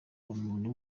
umuntu